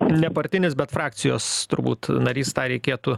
nepartinis bet frakcijos turbūt narys tą reikėtų